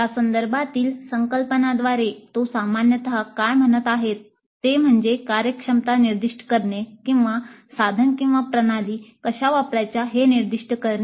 या संदर्भातील संकल्पनांद्वारे तो सामान्यतः काय म्हणत आहेत ते म्हणजे कार्यक्षमता निर्दिष्ट करणे किंवा साधन किंवा प्रणाली कशा वापरायच्या हे निर्दिष्ट करणे